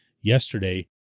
yesterday